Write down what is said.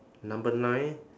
number nine